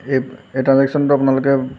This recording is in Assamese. এ এই ট্ৰানজেক্সনটো আপোনালোকে